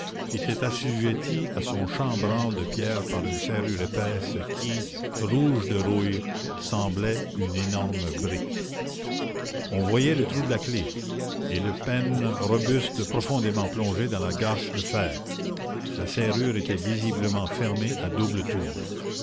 était assujettie à son chambranle de pierre par une serrure épaisse qui rouge de rouille semblait une énorme brique on voyait le trou de la clef et le pêne robuste profondément plongé dans la gâche de fer la serrure était visiblement fermée à double tour